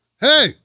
Hey